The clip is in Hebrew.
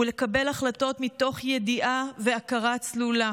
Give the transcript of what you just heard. ולקבל החלטות מתוך ידיעה והכרה צלולה